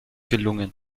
gelungen